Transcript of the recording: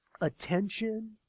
attention